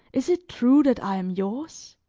is it true that i am yours?